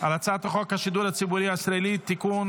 על הצעת חוק השידור הציבורי הישראלי (תיקון,